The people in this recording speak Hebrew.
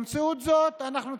במציאות זאת אנחנו צריכים,